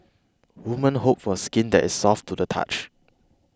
woman hope for skin that is soft to the touch